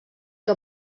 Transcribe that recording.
que